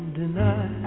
deny